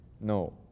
no